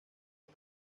una